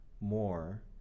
More